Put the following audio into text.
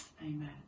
Amen